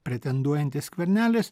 pretenduojantis skvernelis